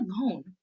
alone